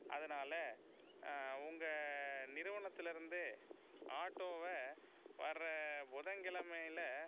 அதனால் உங்கள் நிறுவனத்திலேருந்து ஆட்டோவை வர்ற புதன் கிழமைல